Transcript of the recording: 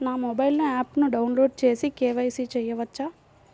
నా మొబైల్లో ఆప్ను డౌన్లోడ్ చేసి కే.వై.సి చేయచ్చా?